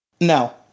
No